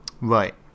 Right